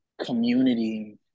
community